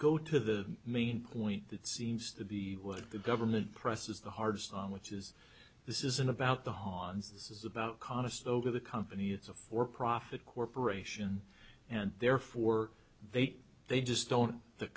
go to the main point that seems to be what the government presses the hardest on which is this isn't about the haun's this is about conestoga the company it's a for profit corporation and therefore they they just don't the